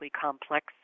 complex